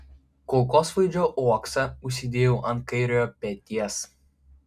kulkosvaidžio uoksą užsidėjau ant kairiojo peties